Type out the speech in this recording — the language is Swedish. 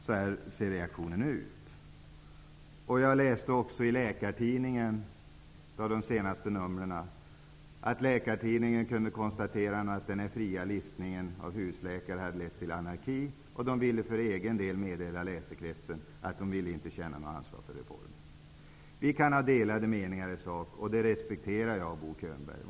Så är reaktionerna. I ett av de senaste numren av Läkartidningen konstaterades att den fria listningen av husläkare hade lett till anarki. För egen del ville tidningen meddela läsekretsen att man inte ville känna något ansvar för reformen. Vi kan ha delade meningar i sak, och det respekterar jag, Bo Könberg.